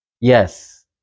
yes